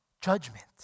judgment